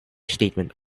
statement